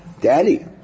Daddy